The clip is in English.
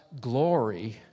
glory